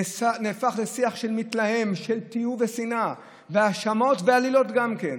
נהפך לשיח מתלהם של תיעוב ושנאה והאשמות ועלילות גם כן?